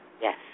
Yes